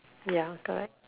ya correct